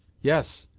yes,